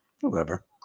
whoever